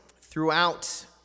throughout